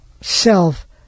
self